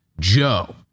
Joe